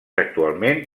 actualment